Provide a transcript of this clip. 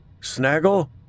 Snaggle